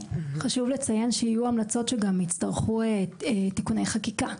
חשוב לציין שיהיו המלצות שגם יצטרכו תיקוני חקיקה.